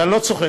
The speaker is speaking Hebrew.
ואני לא צוחק,